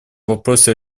вопросе